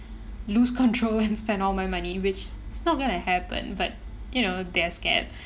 lose control and spend all my money which is not gonna happen but you know they're scared